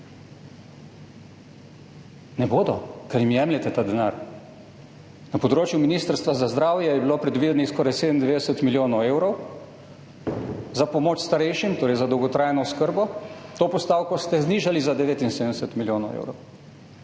Ne bodo, ker jim jemljete ta denar. Na področju Ministrstva za zdravje je bilo predvidenih skoraj 97 milijonov evrov za pomoč starejšim, torej za dolgotrajno oskrbo – to postavko ste znižali za 79 milijonov evrov.